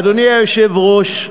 אדוני היושב-ראש,